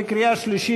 בקריאה שלישית,